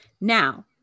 Now